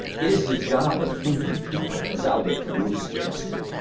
it is the job of thinking people, as albert camus suggested,